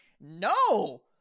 no